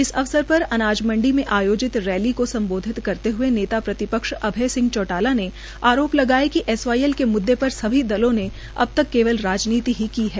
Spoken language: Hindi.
इस अवसर पर अनाजमंडी में आयोजित रैली को संबोधित करते हए नेता प्रतिपक्ष अभय सिंह चौटाला ने आरोप लगाए कि एसवाईएल के मुद्दे पर सभी दलों ने अब तक केवल राजनीति ही की है